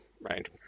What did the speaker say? right